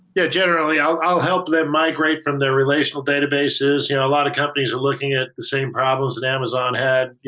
yeah, generally. i'll i'll help them migrate from their relational databases. a lot of companies are looking at the same problems that amazon had,